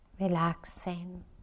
relaxing